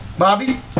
Bobby